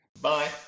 Bye